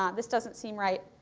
um this doesn't seem right.